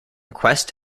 quest